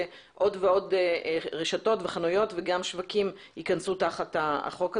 שעוד ועוד רשתות וחנויות וגם שווקים ייכנסו תחת החוק הזה,